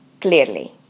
clearly